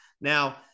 Now